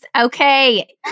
Okay